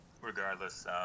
regardless